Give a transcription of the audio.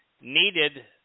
needed